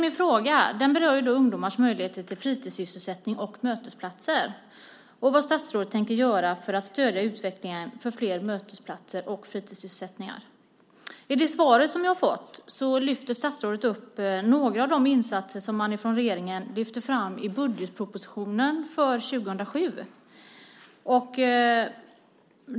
Min fråga berör ungdomars möjligheter till fritidssysselsättning och mötesplatser och vad statsrådet tänker göra för att stödja en utveckling mot flera mötesplatser och fritidssysselsättningar. I det svar jag fått tar statsrådet upp några av de insatser som regeringen lyfte fram i budgetpropositionen för 2007.